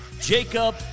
Jacob